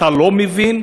אתה לא מבין?